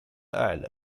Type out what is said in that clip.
أعلم